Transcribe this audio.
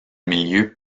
milieu